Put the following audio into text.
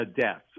deaths